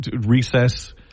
recess